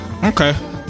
Okay